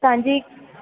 तव्हां जी